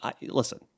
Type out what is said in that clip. listen